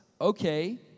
okay